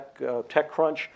TechCrunch